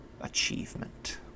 achievement